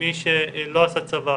מי שלא עשה צבא